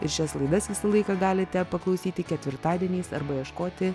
ir šias laidas visą laiką galite paklausyti ketvirtadieniais arba ieškoti